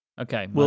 Okay